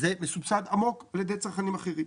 זה מסובסד עמוק על-ידי צרכנים אחרים.